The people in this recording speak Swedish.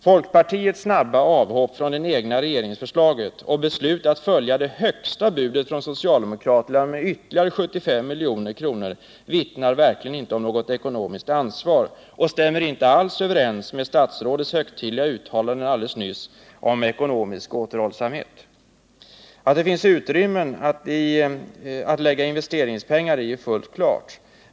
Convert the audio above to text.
Folkpartiets snabba avhopp från det egna regeringsförslaget och från beslutet att följa det högsta budet från socialdemokraterna med ytterligare 75 milj.kr. vittnar verkligen inte om något ekonomiskt ansvar och stämmer inte alls överens med statsrådets högtidliga uttalande alldeles nyss om ekonomisk återhållsamhet. Att det finns utrymmen att lägga investeringspengar i är fullt klart.